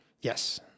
Yes